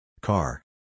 Car